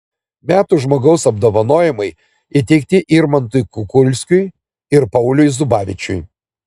metų žmogaus apdovanojimai įteikti irmantui kukulskiui ir pauliui zubavičiui